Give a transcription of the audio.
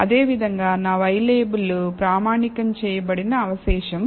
అదే విధంగా నా y లేబుల్ ప్రామాణికం చేయబడిన అవశేషం